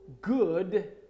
good